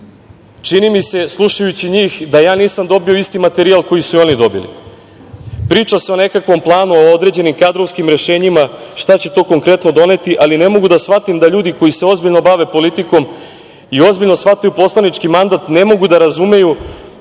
mi se, slušajuću njih, da ja nisam dobio isti materijal koji su i oni dobili. Priča se o nekakvom planu, o određenim kadrovskim rešenjima, šta će to konkretno doneti, ali ne mogu da shvatim da ljudi koji se ozbiljno bave politikom i ozbiljno shvataju poslanički mandat ne mogu da razumeju